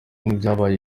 n’ibyabaye